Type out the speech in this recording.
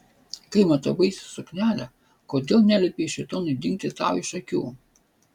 kai matavaisi suknelę kodėl neliepei šėtonui dingti tau iš akių